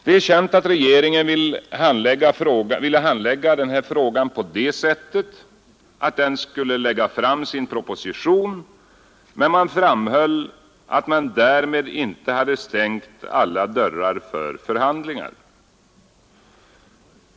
Det är känt att regeringen ville handlägga frågan på det sättet att den lade fram sin proposition men framhöll att man därmed inte hade stängt alla dörrar för förhandlingar.